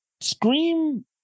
Scream